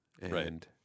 right